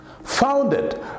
Founded